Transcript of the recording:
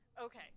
Okay